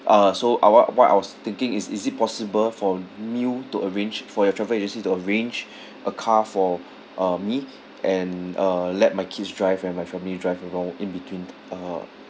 uh so uh what what I was thinking is is it possible for you to arrange for your travel agency to arrange a car for uh me and uh let my kids drive and my family drive around in between uh